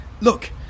look